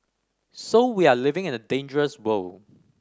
so we are living in a dangerous world